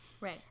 Right